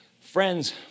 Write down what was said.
Friends